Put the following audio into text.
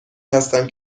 هستم